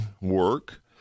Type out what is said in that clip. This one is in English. work